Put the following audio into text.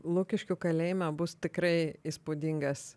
lukiškių kalėjime bus tikrai įspūdingas